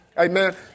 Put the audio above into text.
amen